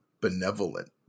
benevolent